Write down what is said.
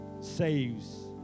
saves